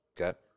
Okay